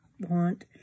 want